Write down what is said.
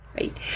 Right